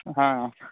हां